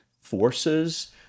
forces